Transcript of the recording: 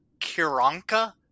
Kiranka